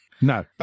No